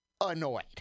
annoyed